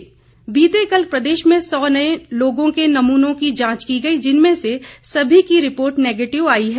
report बीते कल प्रदेश में सौ नए लोगों के नमूनों की जांच की गई जिनमें से सभी की रिपोर्ट नेगेटिव आई है